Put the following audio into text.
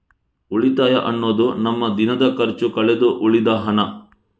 ಉಳಿತಾಯ ಅನ್ನುದು ನಮ್ಮ ದಿನದ ಖರ್ಚು ಕಳೆದು ಉಳಿದ ಹಣ